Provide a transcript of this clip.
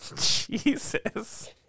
Jesus